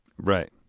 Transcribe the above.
right.